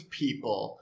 people